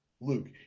Luke